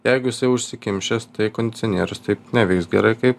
jeigu jisai užsikimšęs tai kondicionierius taip neveiks gerai kaip